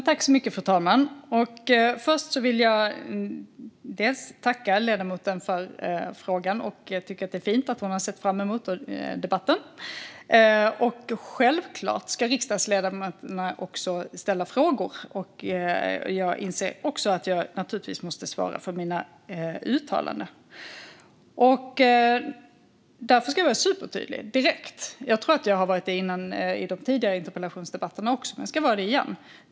Fru talman! Först vill jag tacka ledamoten för frågan - jag tycker att det är fint att hon har sett fram emot debatten - och säga att självklart ska riksdagsledamöterna ställa frågor. Jag inser också att jag naturligtvis måste svara för mina uttalanden. Därför ska jag vara supertydlig direkt. Jag tror att jag var det redan i de tidigare interpellationsdebatterna, men jag ska vara det igen.